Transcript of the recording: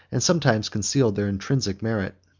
and sometimes concealed their intrinsic merit.